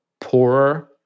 poorer